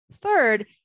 Third